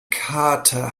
kater